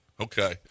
Okay